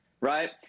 right